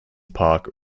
park